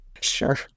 Sure